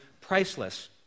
priceless